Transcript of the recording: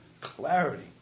clarity